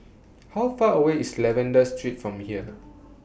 How Far away IS Lavender Street from here